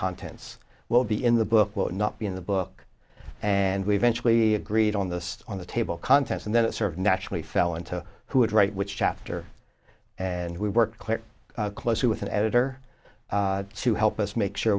contents will be in the book will not be in the book and we eventually agreed on the on the table contents and then it sort of naturally fell into who would write which chapter and we work quite closely with an editor to help us make sure